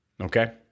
okay